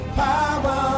power